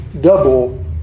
double